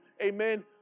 Amen